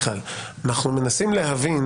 אנחנו מנסים להבין